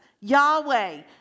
Yahweh